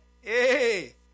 hey